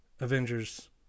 Avengers